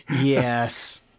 Yes